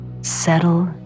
Settle